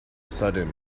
sudden